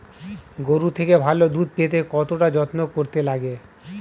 গরুর থেকে ভালো দুধ পেতে কতটা যত্ন করতে লাগে